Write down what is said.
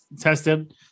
tested